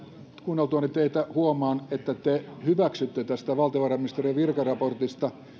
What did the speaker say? kuunneltuani teitä huomaan että te hyväksytte tästä valtiovarainministeriön virkaraportista